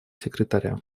секретаря